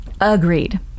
Agreed